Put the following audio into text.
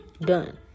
Done